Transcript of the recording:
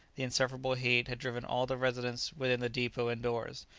the insufferable heat had driven all the residents within the depot indoors,